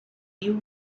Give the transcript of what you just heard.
you